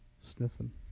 sniffing